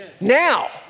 now